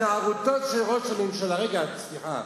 התנערותו של ראש הממשלה, רגע, סליחה,